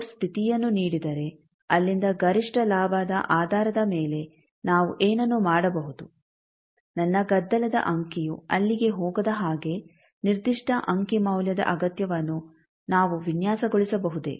load ಸ್ಥಿತಿಯನ್ನು ನೀಡಿದರೆ ಅಲ್ಲಿಂದ ಗರಿಷ್ಠ ಲಾಭದ ಆಧಾರದ ಮೇಲೆ ನಾವು ಏನನ್ನು ಮಾಡಬಹುದು ನನ್ನ ಗದ್ದಲದ ಅಂಕಿಯು ಅಲ್ಲಿಗೆ ಹೋಗದ ಹಾಗೆ ನಿರ್ದಿಷ್ಟ ಅಂಕಿ ಮೌಲ್ಯದ ಅಗತ್ಯವನ್ನು ನಾವು ವಿನ್ಯಾಸಗೊಳಿಸಬಹುದೇ